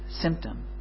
symptom